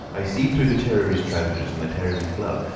i seed through the tear of his trousers and the tear of his glove.